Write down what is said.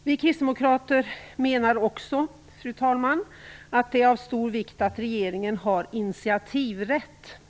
Vi kristdemokrater menar också, fru talman, att det är av stor vikt att regeringen har initiativrätt.